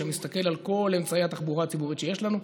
שמסתכל על כל אמצעי התחבורה הציבורית שיש לנו: